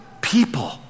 people